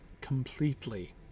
completely